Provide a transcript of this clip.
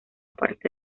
parte